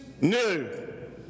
new